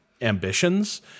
ambitions